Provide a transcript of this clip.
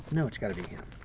know it's got to be him. i